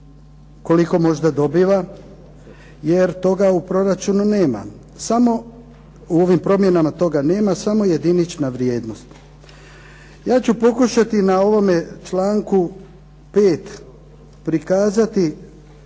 koliko možda dobiva jer toga u proračunu nema, u ovim promjenama toga nema samo jedinična vrijednost. Ja ću pokušati na ovome članku 5. prikazati